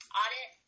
audit